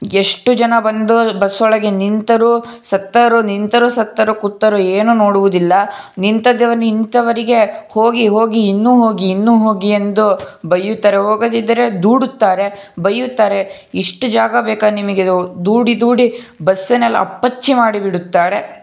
ಎಷ್ಟು ಜನ ಬಂದು ಬಸ್ಸೊಳಗೆ ನಿಂತರೊ ಸತ್ತರೊ ನಿಂತರೊ ಸತ್ತರೊ ಕೂತರೋ ಏನೂ ನೋಡುವುದಿಲ್ಲ ನಿಂತಿದ್ದವ ನಿಂತವರಿಗೆ ಹೋಗಿ ಹೋಗಿ ಇನ್ನೂ ಹೋಗಿ ಇನ್ನೂ ಹೋಗಿ ಎಂದು ಬೈಯುತ್ತಾರೆ ಹೋಗದಿದ್ದರೆ ದೂಡುತ್ತಾರೆ ಬೈಯುತ್ತಾರೆ ಇಷ್ಟು ಜಾಗ ಬೇಕಾ ನಿಮಗಿದು ದೂಡಿ ದೂಡಿ ಬಸ್ಸನ್ನೆಲ್ಲ ಅಪ್ಪಚ್ಚಿ ಮಾಡಿಬಿಡುತ್ತಾರೆ